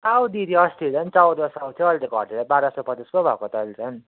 कहाँ हौ दिदी अस्ति झन् चौध सौ थियो अहिले घटेर बाह्र सौ पचास पो भाएको त झन्